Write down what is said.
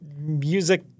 music